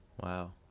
wow